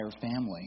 family